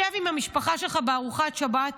שב עם המשפחה שלך בארוחת שבת